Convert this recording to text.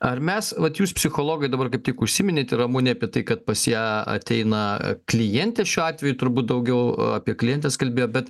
ar mes vat jūs psichologai dabar kaip tik užsiiminėt ir ramunė apie tai kad pas ją ateina klientė šiuo atveju turbūt daugiau apie klientes kalbėjo bet